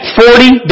forty